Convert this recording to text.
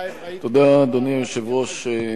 אדוני היושב-ראש,